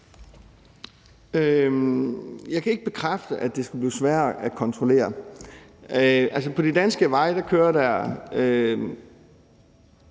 Jeg kan ikke bekræfte, at det skulle blive sværere at kontrollere. Altså, på de danske veje kører der